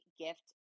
gift